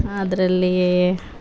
ಅದ್ರಲ್ಲೀ